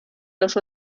los